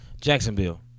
Jacksonville